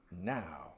now